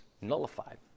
nullified